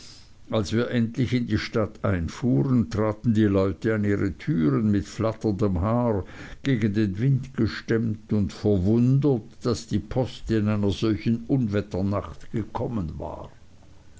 wie wir endlich in die stadt einfuhren traten die leute an ihre türen mit flatterndem haar gegen den wind gestemmt und verwundert daß die post in einer solchen unwetternacht gekommen war